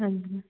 ਹਾਂਜੀ ਮੈਮ